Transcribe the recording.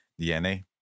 DNA